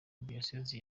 diyoseze